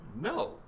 no